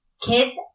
kids